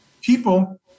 people